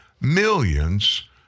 millions